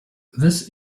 this